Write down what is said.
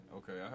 okay